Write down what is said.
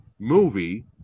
Movie